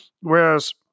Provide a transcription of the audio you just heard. Whereas –